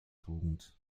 tugend